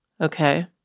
Okay